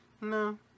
No